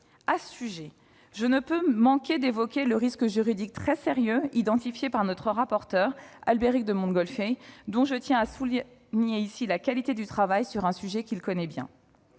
À ce sujet, je ne peux manquer d'évoquer le risque juridique très sérieux, identifié par notre rapporteur, Albéric de Montgolfier, dont je tiens à souligner la qualité du travail sur un sujet qu'il connaît bien.